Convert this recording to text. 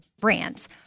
brands